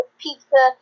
pizza